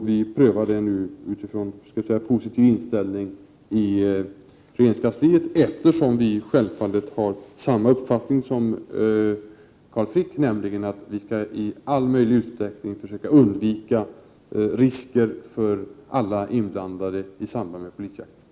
Vi prövar nu detta med utgångspunkt i en positiv inställning i regeringskansliet. Vi har samma uppfattning som Carl Frick, nämligen att vi skall i all möjlig utsträckning försöka undvika risker för alla inblandade i samband med polisjakt.